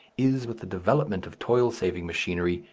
is, with the development of toil-saving machinery,